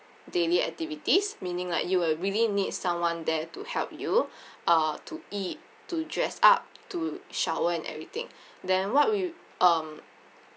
daily activities meaning like you will really need someone there to help you uh to eat to dress up to shower and everything then what we um